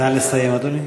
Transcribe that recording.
נא לסיים, אדוני.